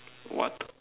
what